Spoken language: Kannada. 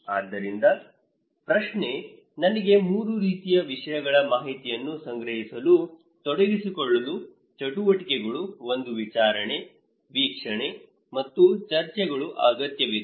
ಆದ್ದರಿಂದ ಆದರೆ ಪ್ರಶ್ನೆ ನನಗೆ 3 ರೀತಿಯ ವಿಷಯಗಳ ಮಾಹಿತಿಯನ್ನು ಸಂಗ್ರಹಿಸಲು ತೊಡಗಿಸಿಕೊಳ್ಳಲು ಚಟುವಟಿಕೆಗಳು ಒಂದು ವಿಚಾರಣೆ ವೀಕ್ಷಣೆ ಮತ್ತು ಚರ್ಚೆಗಳು ಅಗತ್ಯವಿದೆ